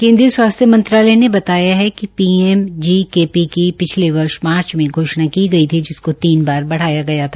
केन्द्रीय स्वास्थ्य मंत्रालय ने बताया कि पीएमजीकेपी की पीछले वर्ष मार्च मे घोषणा की गई थी जिसको तीन बार बढ़ाया गया था